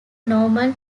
normal